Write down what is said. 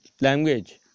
language